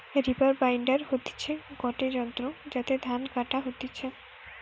reaper binder হতিছে গটে যন্ত্র যাতে ধান কাটা হতিছে